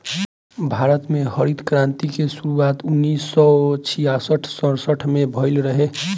भारत में हरित क्रांति के शुरुआत उन्नीस सौ छियासठ सड़सठ में भइल रहे